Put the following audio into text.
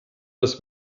das